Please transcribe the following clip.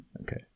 Okay